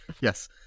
yes